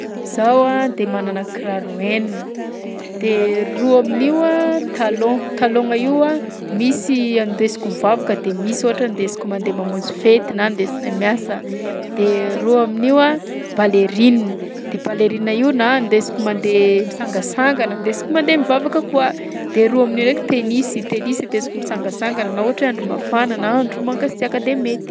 Zaho de manana kiraro enina, de roa amin'io a talon, talon-gna io a misy andesiko mivavaka de misy ohatra andesiko mandeha mamonjy fety na andesina miasa; de roa amin'io a ballerine, de ballerine io na andesiko mandeha misangasangana, andesiko mandeha mivavaka koa; de roa amin'io ndraika tenisy, tenisy ndesiko misangasangana na ohatra hoe andro mafana na andro mangasiaka de mety.